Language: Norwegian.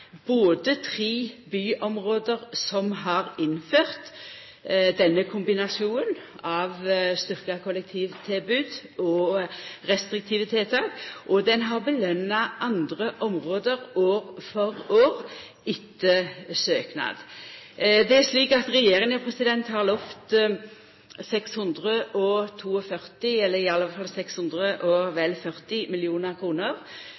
tre byområde som har innført denne kombinasjonen av styrkt kollektivtilbod og restriktive tiltak, og ein har påskjønna andre område år for år, etter søknad. Det er slik at regjeringa har lova vel 640 mill. kr i